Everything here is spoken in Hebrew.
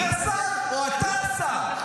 אני השר או אתה השר?